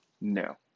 No